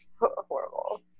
horrible